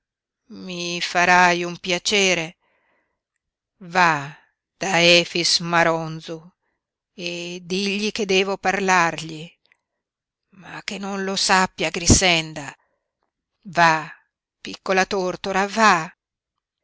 mi farai un piacere va da efix maronzu e digli che devo parlargli ma che non lo sappia grixenda va piccola tortora va